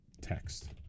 text